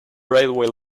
railway